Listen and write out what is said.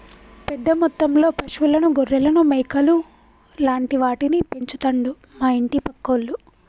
పెద్ద మొత్తంలో పశువులను గొర్రెలను మేకలు లాంటి వాటిని పెంచుతండు మా ఇంటి పక్కోళ్లు